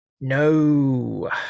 No